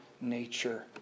nature